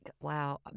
wow